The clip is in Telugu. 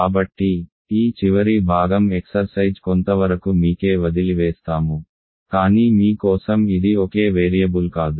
కాబట్టి ఈ చివరి భాగం ఎక్సర్సైజ్ కొంతవరకు మీకే వదిలివేస్తాము కానీ మీ కోసం ఇది ఒకే వేరియబుల్ కాదు